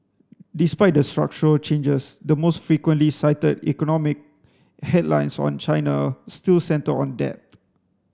despite the structural changes the most frequently cited economic headlines on China still centre on debt